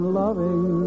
loving